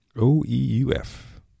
O-E-U-F